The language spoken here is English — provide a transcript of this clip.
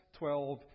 12